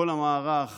כל המערך